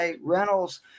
Reynolds